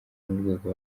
n’urwego